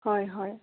হয় হয়